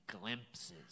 glimpses